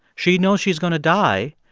she knows she is going to die,